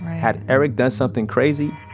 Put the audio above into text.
had eric done something crazy,